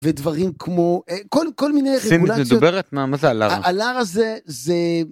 ודברים כמו כל כל מיני... סינית מדוברת? מה מה זה הלאר הזה זה? הלאר הזה זה...